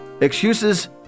Excuses